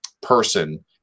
person